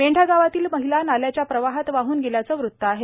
मेंढा गावातील महिला नाल्याच्या प्रवाहात वाहन गेल्याचं वृत आहे